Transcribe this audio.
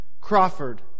Crawford